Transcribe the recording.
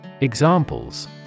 Examples